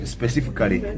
Specifically